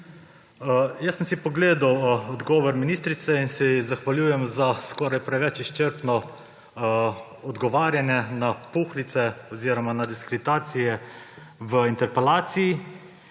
sem si odgovor ministrice in se ji zahvaljujem za skoraj preveč izčrpno odgovarjanje na puhlice oziroma na diskreditacije v interpelaciji.